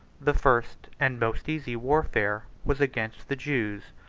the first and most easy warfare was against the jews,